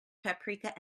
paprika